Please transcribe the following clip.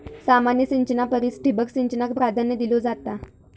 सामान्य सिंचना परिस ठिबक सिंचनाक प्राधान्य दिलो जाता